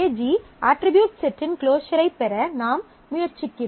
AG attribute செட்டின் closure ஐ பெற நாம் முயற்சிக்கிறோம்